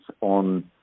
on